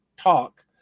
talk